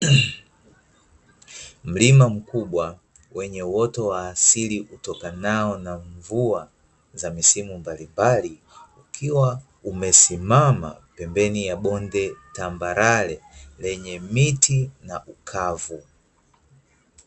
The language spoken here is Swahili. Mlima mkubwa wenye uoto awa asili utokanao na mvua za misimu mbalimbali, ukiwa umesimama pembeni ya bonde tambarare lenye miti na ukavu.